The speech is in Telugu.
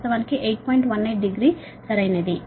18 డిగ్రీ సరైనది